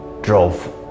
drove